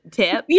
tip